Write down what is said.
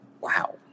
Wow